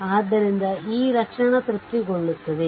ಆದ್ದರಿಂದ ಆ ಲಕ್ಷಣ ತೃಪ್ತಿಗೊಳ್ಳುತ್ತದೆ